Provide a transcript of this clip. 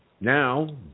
Now